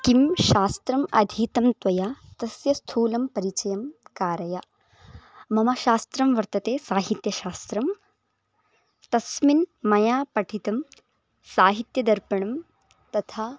किं शास्त्रम् अधीतं त्वया तस्य स्थूलं परिचयं कारय मम शास्त्रं वर्तते साहित्यशास्त्रं तस्मिन् मया पठितं साहित्यदर्पणः तथा